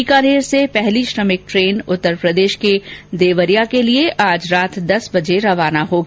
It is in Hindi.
बीकानेर से पहली श्रमिक ट्रेन उत्तरप्रदेश के देवरिया के लिए आज रात दस बजे रवाना होगी